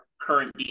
current